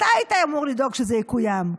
אתה היית אמור לדאוג שזה יקוים.